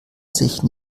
sich